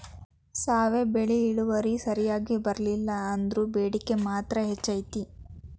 ಸಾವೆ ಬೆಳಿ ಇಳುವರಿ ಸರಿಯಾಗಿ ಬರ್ಲಿಲ್ಲಾ ಅಂದ್ರು ಬೇಡಿಕೆ ಮಾತ್ರ ಹೆಚೈತಿ